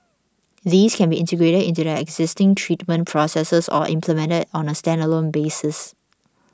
these can be integrated into their existing treatment processes or implemented on a standalone basis